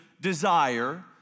desire